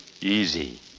Easy